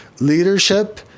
leadership